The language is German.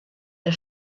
der